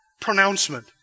pronouncement